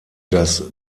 das